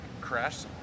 crash